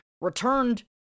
returned